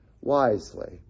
wisely